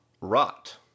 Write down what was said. rot